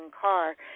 car